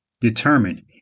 Determine